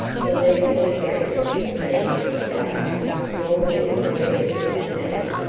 the leader addressed the girls again with more gentle words and manner,